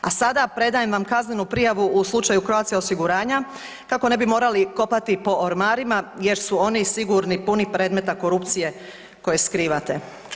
A sada predajem vam kaznenu prijavu u slučaju Croatia osiguranja kako ne bi morali kopati po ormarima jer su oni sigurni puni predmeta korupcije koje skrivate.